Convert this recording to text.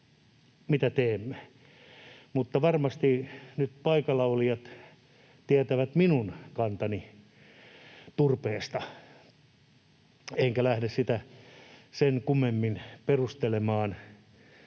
mitä teemme. Mutta varmasti nyt paikallaolijat tietävät minun kantani turpeesta, enkä lähde sitä sen kummemmin perustelemaan